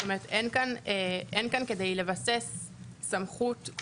אין כאן כדי לבסס סמכות.